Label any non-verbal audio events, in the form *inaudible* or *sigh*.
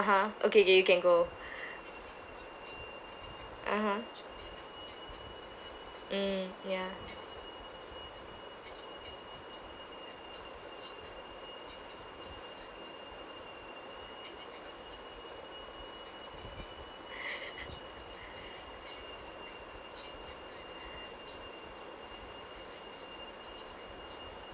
okay okay you can go *breath* (uh huh) mm ya *laughs*